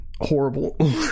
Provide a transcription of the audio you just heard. horrible